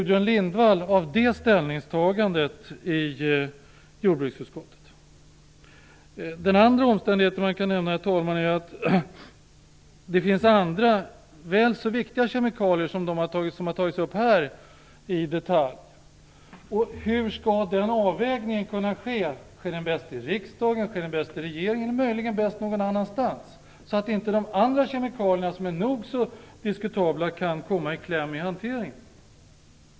Den andra omständighet som man kan nämna är att det finns andra, väl så viktiga kemikalier som de som har tagits upp här i detalj. Hur skall avvägningen bäst kunna ske - sker den bäst i riksdagen, sker den bäst i regeringen eller möjligen någon annanstans? Jag säger detta för att inte andra kemikalier som är nog så diskutabla skall komma på undantag i hanteringen.